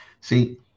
See